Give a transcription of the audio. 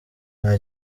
nta